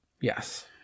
Yes